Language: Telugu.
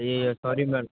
అయ్యయ్యో సారి మేడమ్